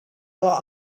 lot